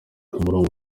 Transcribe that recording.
umurongo